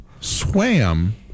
swam